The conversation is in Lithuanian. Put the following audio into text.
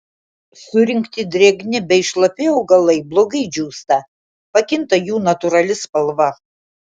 surinkti drėgni bei šlapi augalai blogai džiūsta pakinta jų natūrali spalva